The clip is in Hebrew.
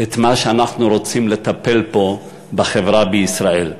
את מה שאנחנו רוצים לטפל בו בחברה בישראל.